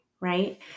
right